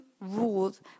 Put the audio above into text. rules